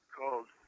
called